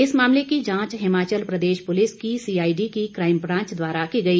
इस मामले की जांच हिमाचल प्रदेश पुलिस की सीआईडी की काईम ब्रांच द्वारा की गई